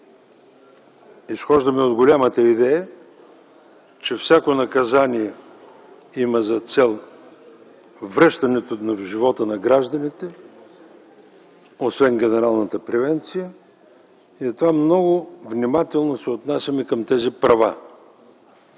Изхождаме от голямата идея, че всяко наказание има за цел връщането в живота на гражданите, освен генералната превенция. Затова много внимателно се отнасяме към тези права.